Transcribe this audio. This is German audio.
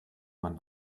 man